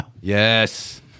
Yes